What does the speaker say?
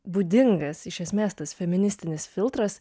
būdingas iš esmės tas feministinis filtras